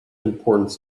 importance